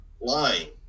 lying